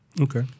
Okay